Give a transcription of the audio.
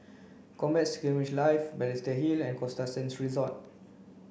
Combat Skirmish Live Balestier Hill and Costa Sands Resort